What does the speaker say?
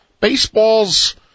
Baseball's